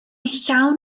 llawn